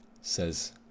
says